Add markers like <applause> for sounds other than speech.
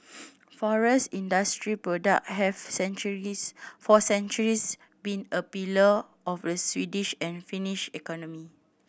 <noise> forest industry product have centuries for centuries been a pillar of the Swedish and Finnish economy